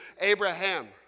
Abraham